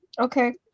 Okay